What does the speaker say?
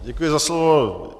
Děkuji za slovo.